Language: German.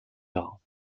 dar